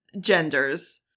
genders